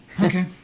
Okay